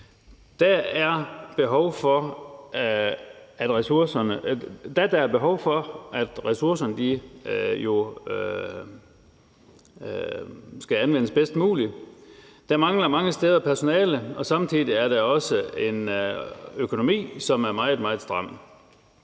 der er behov for, at ressourcerne anvendes bedst muligt. Der mangler mange steder personale, og samtidig er der også en økonomi, som er meget,